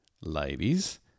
ladies